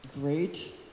great